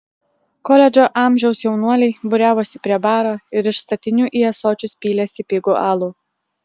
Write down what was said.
koledžo amžiaus jaunuoliai būriavosi prie baro ir iš statinių į ąsočius pylėsi pigų alų